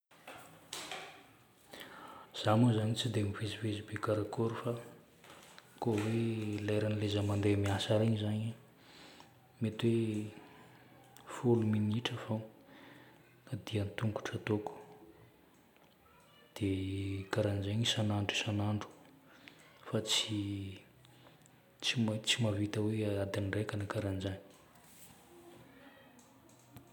Za moa zagny tsy dia mivezivezy be karakory fa, ko hoe leran'ilay za mandeha miasa regny zagny mety hoe foto minitra fôgna ny dia an-tongotra ataoko. Dia karan'izegny isan'andro isan'andro fa tsy, tsy mahavita hoe adiny raika na karan'izagny.